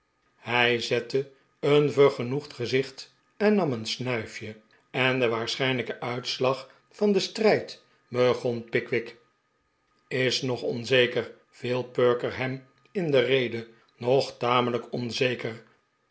hij zette een vergenoegd gezicht en nam een snuifje en de waarschijnlijke uitslag van den strijd begon pickwick is nog onzeker viel perker hem in de rede nog tamelijk onzeker